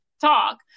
talk